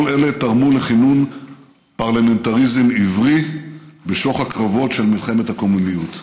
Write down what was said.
כל אלה תרמו לכינון פרלמנטריזם עברי בשוך הקרבות של מלחמת הקוממיות.